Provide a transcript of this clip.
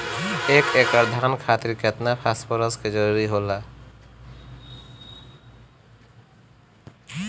एक एकड़ धान खातीर केतना फास्फोरस के जरूरी होला?